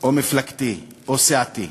או מפלגתי או סיעתי,